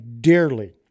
dearly